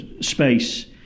space